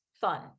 fun